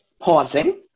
pausing